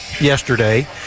yesterday